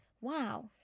wow